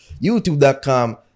youtube.com